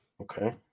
Okay